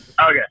Okay